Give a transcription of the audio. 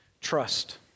trust